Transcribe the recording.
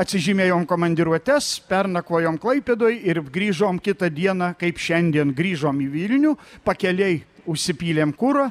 atsižymėjom komandiruotes pernakvojom klaipėdoj ir grįžom kitą dieną kaip šiandien grįžom į vilnių pakelėj užsipylėm kuro